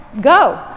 go